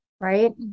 Right